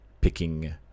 picking